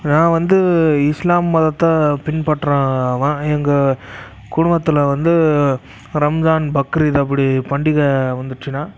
நான் வந்து இஸ்லாம் மதத்தை பின்பற்றுறவன் எங்கள் குடும்பத்தில் வந்து ரம்ஜான் பக்ரீத் அப்படி பண்டிகை வந்துச்சினால்